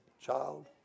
child